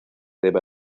debe